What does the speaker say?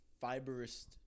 fibrous